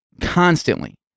Constantly